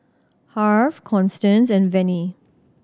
Harve Constance and Vennie